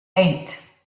eight